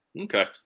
Okay